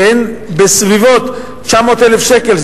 שהן בסביבות 900,000 שקל,